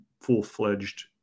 full-fledged